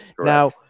now